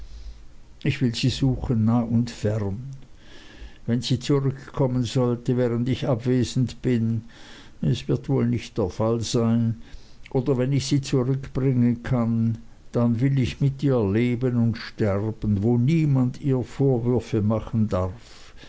ich will sie suchen nah und fern wenn sie zurückkommen sollte während ich abwesend bin es wird wohl nicht der fall sein oder wenn ich sie zurückbringen kann dann will ich mit ihr leben und sterben wo niemand ihr vorwürfe machen darf